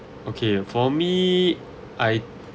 okay for me I